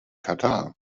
katar